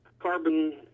carbon